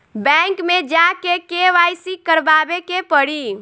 Bank मे जा के के.वाइ.सी करबाबे के पड़ी?